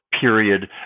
period